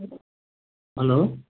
hello